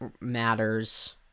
matters